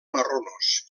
marronós